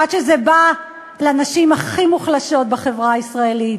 עד שזה בא לנשים הכי מוחלשות בחברה הישראלית.